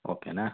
ಓಕೆನಾ